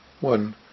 One